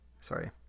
Sorry